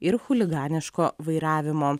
ir chuliganiško vairavimo